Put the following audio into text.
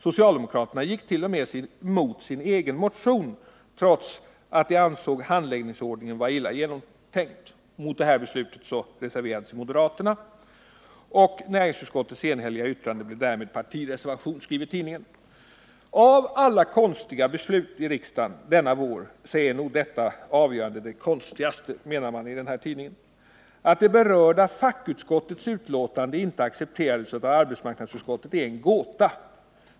Socialdemokraterna gick till och med mot sin egen motion, trots att de ansåg ”handläggningsordningen vara illa genomtänkt”. ”Av alla konstiga beslut i riksdagen denna vår är nog detta avgörande det konstigaste”, menar man i tidningen. ”Att det berörda fackutskottets utlåtande inte accepterades av arbetsmarknadsutskottet är en gåta.